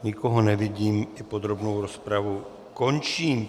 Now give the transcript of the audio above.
Nikoho nevidím, podrobnou rozpravu končím.